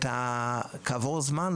כעבור זמן,